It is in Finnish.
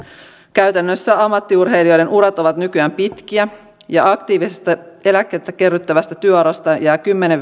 käytännössä ammattiurheilijoiden urat ovat nykyään pitkiä ja aktiivisesta eläkettä kerryttävästä työurasta jää kymmenen